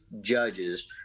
judges